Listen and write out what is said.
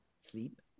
sleep